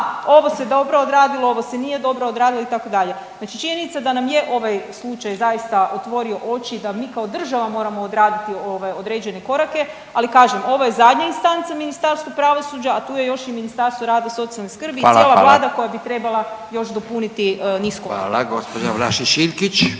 ovo se dobro odradilo, ovo se nije dobro odradilo itd., znači činjenica je da nam je ovaj slučaj zaista otvorio oči da mi kao država moramo odraditi određene korake. Ali kažem ovo je zadnja instanca Ministarstva pravosuđa, a tu je još i Ministarstvo rada, socijalne skrbi …/Upadica Radin: Hvala, hvala./… cijela